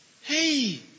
Hey